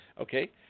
Okay